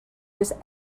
his